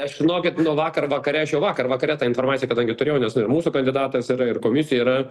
aš žinokit nuo vakar vakare aš jau vakar vakare tą informaciją kadangi turėjau nes mūsų kandidatas yra ir komisijoj yra